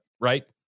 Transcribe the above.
right